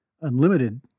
unlimited